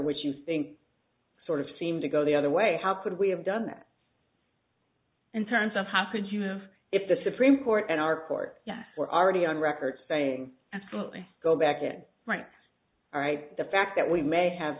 which you think sort of seem to go the other way how could we have done that in terms of how could you live if the supreme court and our court were already on record saying absolutely go back in front all right the fact that we may have